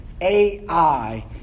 AI